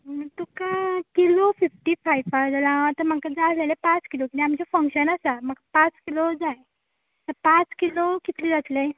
तुका kilo fifty फायफा जाल्या हांव आतां म्हाका जाय जाल्या पांच किलो आमचें फंक्शन आसा म्हाक पांच किलो जाय पांच किलो कितले जातले